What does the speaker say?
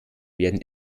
werden